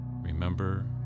Remember